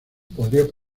podría